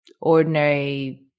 ordinary